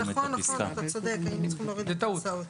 נכון, אתה צודק, היינו צריכים להוריד את ההסעות.